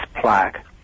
plaque